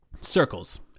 circles